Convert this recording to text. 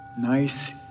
Nice